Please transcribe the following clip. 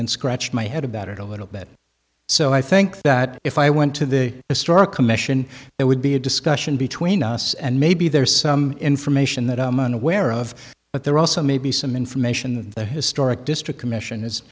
and scratched my head about it a little bit so i think that if i went to the historic commission there would be a discussion between us and maybe there's some information that i'm unaware of but there also may be some information that the historic district commission is